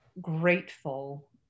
grateful